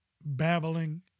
babbling